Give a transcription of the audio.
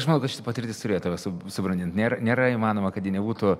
aš manau kad šita patirtis turėjo tave su subrandint nėr nėra įmanoma kad ji nebūtų